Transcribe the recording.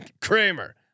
Kramer